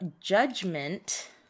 Judgment